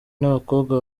n’abakobwa